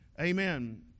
amen